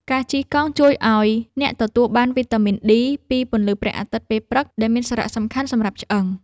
ការជិះកង់ជួយឱ្យអ្នកទទួលបានវីតាមីនឌី ពីពន្លឺព្រះអាទិត្យពេលព្រឹក ដែលមានសារៈសំខាន់សម្រាប់ឆ្អឹង។